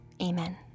Amen